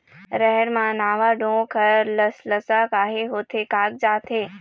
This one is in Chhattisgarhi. रहेड़ म नावा डोंक हर लसलसा काहे होथे कागजात हे?